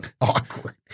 Awkward